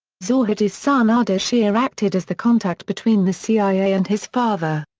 zahedi's son ardeshir acted as the contact between the cia and his father.